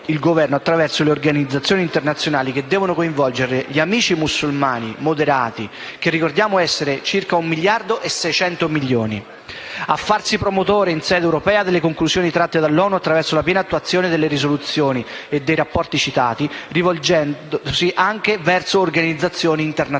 il Governo, attraverso le organizzazioni internazionali che devono coinvolgere gli amici mussulmani moderati, che ricordiamo essere 1.600 milioni, a farsi promotore in sede europea delle conclusioni tratte dall'ONU attraverso la piena attuazione delle risoluzioni e dei rapporti citati, rivolti anche verso organizzazioni internazionali,